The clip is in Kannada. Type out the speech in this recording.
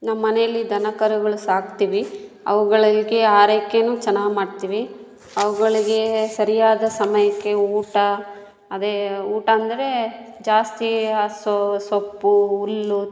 ನಮ್ಮನೇಲಿ ದನಕರುಗಳು ಸಾಕ್ತೀವಿ ಅವುಗಳ ವಿಕೆ ಆರೈಕೆಯೂ ಚೆನ್ನಾಗಿ ಮಾಡ್ತೀವಿ ಅವುಗಳ್ಗೆ ಸರಿಯಾದ ಸಮಯಕ್ಕೆ ಊಟ ಅದೇ ಊಟ ಅಂದರೆ ಜಾಸ್ತಿ ಹಸು ಸೊಪ್ಪು ಹುಲ್ಲು